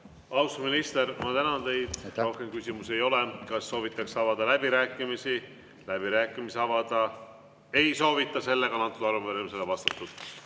minister, ma tänan teid! Rohkem küsimusi ei ole. Kas soovitakse avada läbirääkimisi? Läbirääkimisi avada ei soovita. Antud arupärimisele on vastatud.